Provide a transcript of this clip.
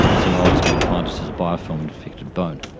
osteomyelitis can be defined just as a biofilm infected bone.